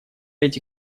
эти